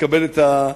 לתת לזמן לעשות את שלו.